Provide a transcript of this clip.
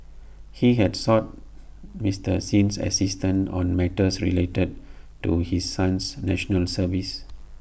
he had sought Mister Sin's assistant on matters related to his son's National Service